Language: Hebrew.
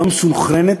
לא מסונכרנת,